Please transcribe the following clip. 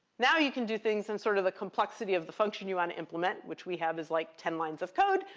now you can do things in sort of the complexity of the function you want implement, which we have as, like, ten lines of code,